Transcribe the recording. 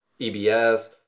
EBS